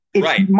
Right